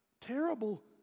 Terrible